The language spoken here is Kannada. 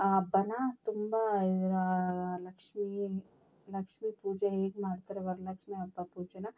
ಆ ಹಬ್ಬನಾ ತುಂಬ ಲಕ್ಷ್ಮೀ ಲಕ್ಷ್ಮಿ ಪೂಜೆ ಹೇಗೆ ಮಾಡ್ತಾರೆ ಇವಾಗ ಲಕ್ಷ್ಮೀ ಹಬ್ಬ ಪೂಜೆಯ